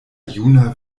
juna